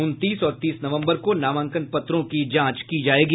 उनतीस और तीस नवम्बर को नामांकन पत्रों की जांच की जायेगी